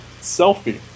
Selfie